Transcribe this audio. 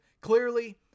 Clearly